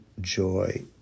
joy